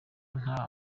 nta